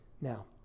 Now